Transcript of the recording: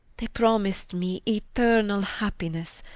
they promis'd me eternall happinesse,